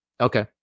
okay